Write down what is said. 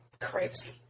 crazy